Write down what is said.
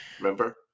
Remember